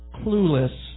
clueless